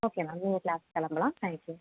okay ma'am நீங்கள் க்ளாஸுக்கு கிளம்பலாம் தேங்க்யூ